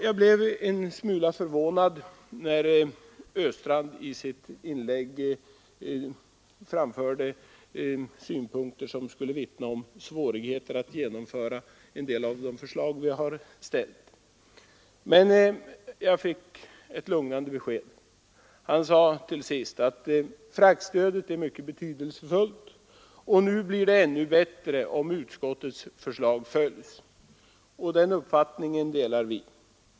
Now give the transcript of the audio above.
Jag blev en smula förvånad, när herr Östrand i sitt inlägg framförde synpunkter som skulle vittna om svårigheter att genomföra en del av de förslag vi har ställt. Men jag fick ett lugnande besked. Han sade till sist att fraktstödet är mycket betydelsefullt och att det nu blir ännu bättre, om utskottets förslag följs. Den uppfattningen delar vi.